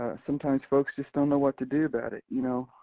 sometimes folks just don't know what to do about it. you know?